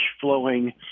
flowing